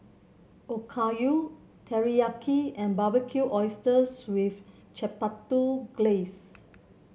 Okayu Teriyaki and Barbecued Oysters with Chipotle Glaze